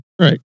Right